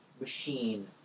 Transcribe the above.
machine